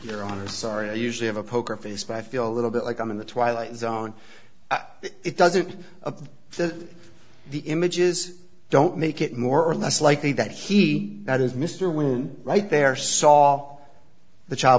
your honor sorry i usually have a poker face but i feel a little bit like i'm in the twilight zone it doesn't of the the images don't make it more or less likely that he that is mr will right there saw the child